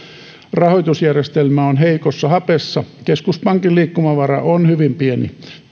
rahoitusjärjestelmä on heikossa hapessa keskuspankin liikkumavara on hyvin pieni